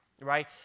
Right